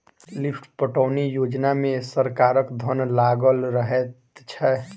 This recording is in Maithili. लिफ्ट पटौनी योजना मे सरकारक धन लागल रहैत छै